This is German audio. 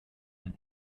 den